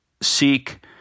seek